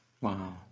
Wow